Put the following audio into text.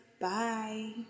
Bye